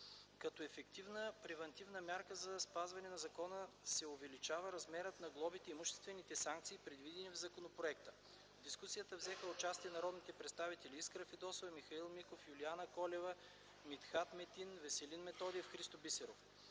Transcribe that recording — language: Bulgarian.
Като ефективна превантивна мярка за спазването на закона се увеличава размерът на глобите и имуществените санкции, предвидени в законопроекта. В дискусията взеха участие народните представители Искра Фидосова, Михаил Миков, Юлиана Колева, Митхат Метин, Веселин Методиев, Христо Бисеров.